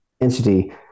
entity